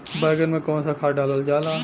बैंगन में कवन सा खाद डालल जाला?